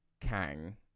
Kang